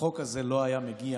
החוק הזה לא היה מגיע,